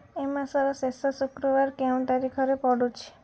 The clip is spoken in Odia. ଏ ମାସର ଶେଷ ଶୁକ୍ରବାର କେଉଁ ତାରିଖରେ ପଡ଼ୁଛି